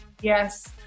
Yes